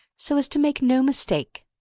so as to make no mistake.